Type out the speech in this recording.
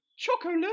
Chocolate